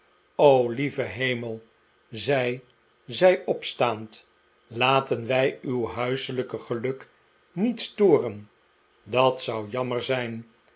lieve hemel zei zij opstaand laten wij uw huiselijke geluk niet storen dat zou jammer zijn